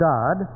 God